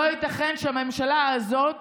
לא ייתכן שהממשלה הזאת